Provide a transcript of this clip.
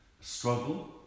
struggle